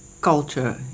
culture